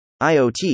IoT